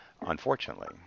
unfortunately